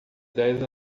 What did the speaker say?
dez